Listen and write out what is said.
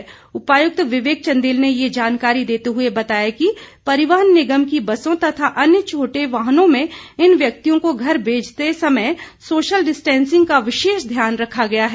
अतिरिक्त उपाय़क्त विवेक चंदेल ने ये जानकारी देते हुए बताया कि परिवहन निगम की बसों तथा अन्य छोटे वाहनों में इन व्यक्तियों को घर भेजते समय सोशल डिस्टेंसिंग का विशेष ध्यान रखा गया है